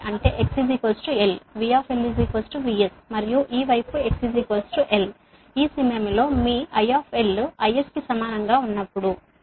అంటే x l V VS మరియు ఈ వైపు x l ఈ సమయంలో మీ IIS కి సమానంగా ఉన్నప్పుడు